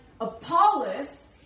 Apollos